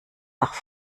nach